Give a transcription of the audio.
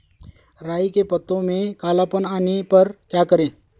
राई के पत्तों में काला पन आने पर क्या करें?